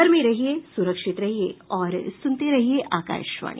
घर में रहिये सुरक्षित रहिये और सुनते रहिये आकाशवाणी